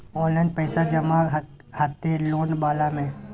Online पैसा जमा हते लोन वाला में?